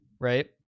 right